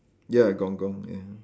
ya gong-gong ya